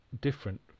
different